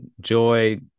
Joy